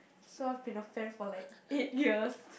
so I have been of fan for like eight years